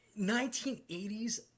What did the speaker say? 1980s